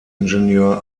ingenieur